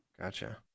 gotcha